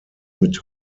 mit